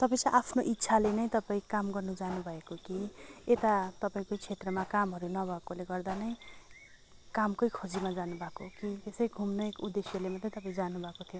तपाईँ चाहिँ आफ्नो इच्छाले नै तपाईँ काम गर्न जानुभएको कि यता तपाईँको क्षेत्रमा कामहरू नभएकोले गर्दा नै कामकै खोजीमा जानुभएको कि त्यसै घुम्ने उद्देश्यले मात्रै तपाईँ जानुभएको थियो